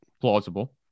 plausible